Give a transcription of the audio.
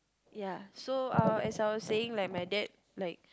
ya so uh as I was saying like my dad like